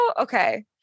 okay